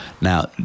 Now